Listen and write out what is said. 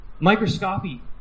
microscopy